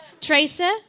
Tracer